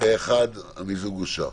אחד המיזוג אושר.